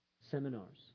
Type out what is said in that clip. seminars